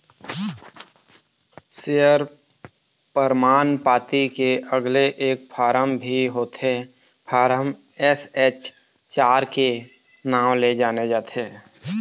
share परमान पाती के अलगे एक फारम भी होथे फारम एस.एच चार के नांव ले जाने जाथे